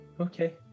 Okay